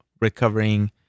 recovering